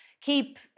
keep